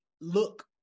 look